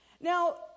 Now